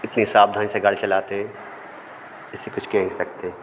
इतनी सावधानी से गाड़ी चलाते हैं इससे कुछ कहीं सकते